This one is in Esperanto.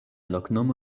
loknomo